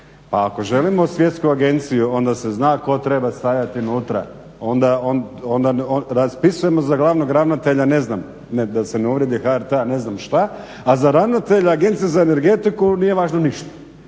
Pa ako želimo svjetsku agenciju, onda se zna tko treba stajati nutra. Onda raspisujemo za glavnog ravnatelja ne znam da se ne uvrijedi HRT-a ne znam šta, a za ravnatelja Agencije za energetiku nije važno ništa.